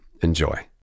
Enjoy